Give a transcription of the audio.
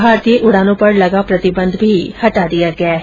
भारतीय उड़ानों पर लगा प्रतिबंध भी हटा दिया गया है